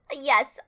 Yes